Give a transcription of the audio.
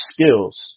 skills